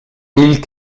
ils